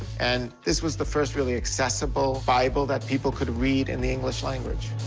and this was the first really accessible bible that people could read in the english language.